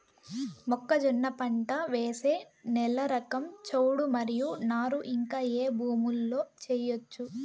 మొక్కజొన్న పంట వేసే నేల రకం చౌడు మరియు నారు ఇంకా ఏ భూముల్లో చేయొచ్చు?